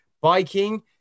biking